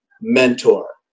mentor